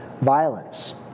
violence